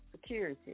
security